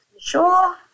sure